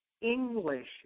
English